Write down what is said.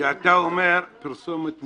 כשאתה אומר פרסומת מותרת,